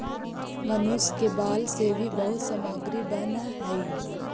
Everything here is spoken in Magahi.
मनुष्य के बाल से भी बहुत सामग्री बनऽ हई